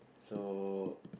so